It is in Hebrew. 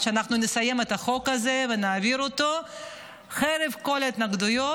שאנחנו נסיים את החוק הזה ונעביר אותו חרף כל ההתנגדויות.